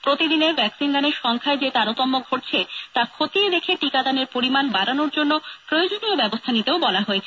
প্রতিদিনের ভ্যাকসিন দানের সংখ্যায় যে তারতম্য ঘটছে তা খতিয়ে দেখে টিকাদানের পরিমাণ বাড়ানোর জন্য প্রয়োজনীয় ব্যবস্থা নিতেও বলা হয়েছে